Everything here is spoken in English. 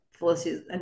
Felicity